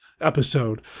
episode